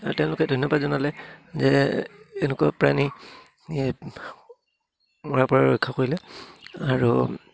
আৰু তেওঁলোকে ধন্যবাদ জনালে যে এনেকুৱা প্ৰাণী মৰাৰপৰা ৰক্ষা কৰিলে আৰু